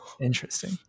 Interesting